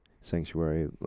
sanctuary